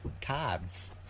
cards